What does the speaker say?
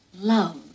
love